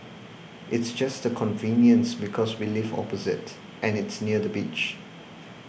it's just the convenience because we live opposite and it's near the beach